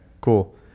cool